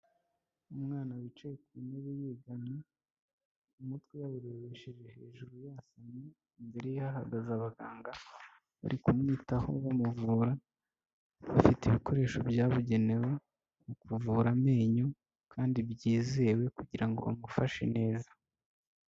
Umwana wicaye ku ntebe yegamye, umutwe yawurebesheje hejuru yasamye, imbere ye hahagaze abaganga bari kumwitaho bamuvura, bafite ibikoresho byabugenewe mu kuvura amenyo kandi byizewe kugira ngo bamufashe neza.